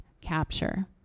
capture